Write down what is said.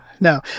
No